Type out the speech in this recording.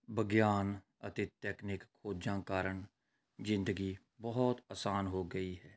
ਵਿਗਿਆਨ ਅਤੇ ਟੈਕਨੀਕ ਖੋਜਾਂ ਕਾਰਨ ਜ਼ਿੰਦਗੀ ਬਹੁਤ ਅਸਾਨ ਹੋ ਗਈ ਹੈ